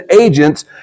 agents